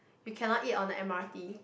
you cannot eat on the m_r_t